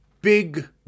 big